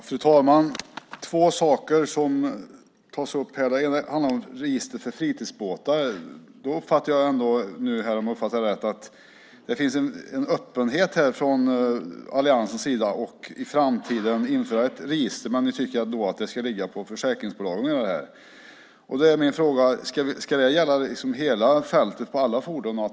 Fru talman! Jag vill ta upp två saker. Det ena handlar om register för fritidsbåtar. Om jag uppfattat Lisbeth Grönfeldt Bergman rätt finns det en öppenhet från alliansens sida för att i framtiden införa ett register men att det ska skötas av försäkringsbolagen. Ska de gälla över hela fältet, alla fordon?